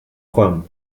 juan